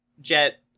Jet